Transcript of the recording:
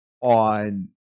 on